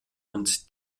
und